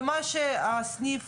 ומה שהסניף